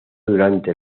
durante